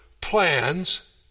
plans